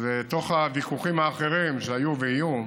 אז בתוך הוויכוחים האחרים, שהיו ויהיו,